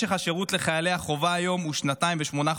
משך השירות של חיילי החובה הוא היום שנתיים ושמונה חודשים,